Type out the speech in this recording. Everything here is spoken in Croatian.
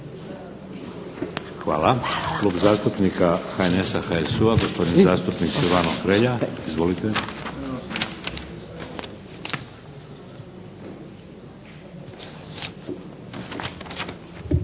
Hvala. Klub zastupnika HNS-a, HSU-a gospodin zastupnik Silvano Hrelja. Izvolite. **Hrelja,